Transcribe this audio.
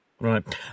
Right